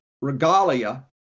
regalia